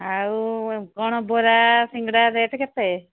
ଆଉ କ'ଣ ବରା ସିଙ୍ଗଡ଼ା ରେଟ୍ କେତେ